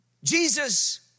Jesus